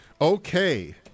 Okay